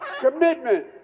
commitment